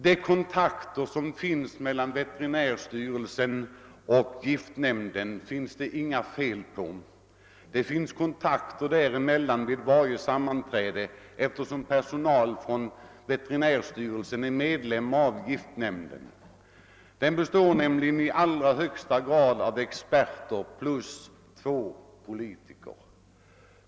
De kontakter som finns mellan veterinärstyrelsen och giftnämnden, herr Andersson i Storfors, är det inga fel på; det finns kontakter dem emellan vid varje sammanträde eftersom en medlem av veterinärstyrelsen är med i giftnämnden. Denna består nämligen i allra högsta grad av experter samt två politiker.